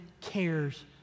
cares